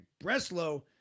Breslow